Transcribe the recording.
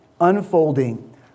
unfolding